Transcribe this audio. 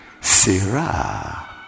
Sarah